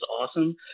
awesome